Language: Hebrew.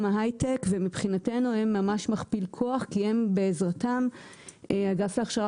ההיי-טק ומבחינתנו הם ממש מכפיל כוח כי בעזרתם האגף להכשרה